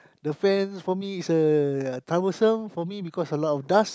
the fan for me is uh troublesome for me because a lot of dust